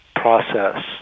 Process